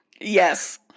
Yes